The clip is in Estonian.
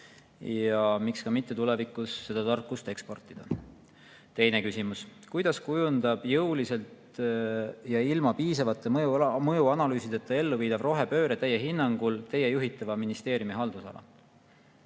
ja miks mitte tulevikus seda tarkust eksportida. Teine küsimus: "Kuidas kujundab jõuliselt ja ilma piisavate mõjuanalüüsideta ellu viidav rohepööre Teie hinnangul Teie juhitava ministeeriumi haldusala?"